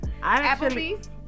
Applebee's